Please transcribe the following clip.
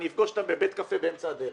אז אני אפגוש אותם בבית קפה באמצע הדרך